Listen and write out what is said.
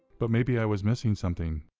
but maybe i was missing something.